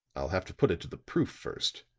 i'll have to put it to the proof first,